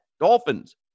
Dolphins